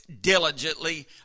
diligently